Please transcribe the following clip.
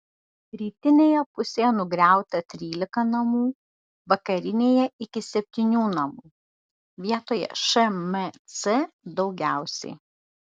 rytinėje pusėje nugriauta trylika namų vakarinėje iki septynių namų vietoje šmc daugiausiai